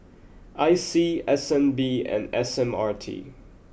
I C S N B and S M R T